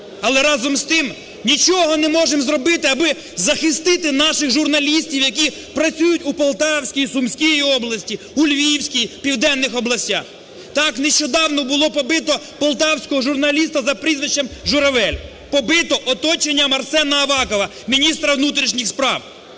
Але разам з тим нічого не можемо зробити, аби захистити наших журналістів, які працюють у Полтавській, Сумській області, у Львівській, південних областях. Так нещодавно було побито полтавського журналіста за прізвищем Журавель. Побито оточенням Арсена Авакова, міністра внутрішніх справ.